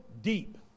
deep